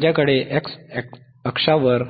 माझ्याकडे x अक्षावर